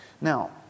Now